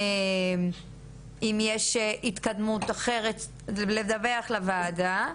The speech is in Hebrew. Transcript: אם יש התקדמות אחרת לדווח עליה לוועדה.